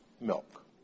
milk